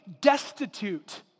destitute